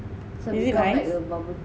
is it nice